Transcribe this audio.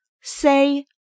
say